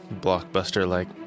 blockbuster-like